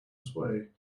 sway